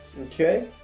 Okay